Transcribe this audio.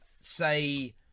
say